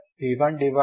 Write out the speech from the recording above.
u2 v1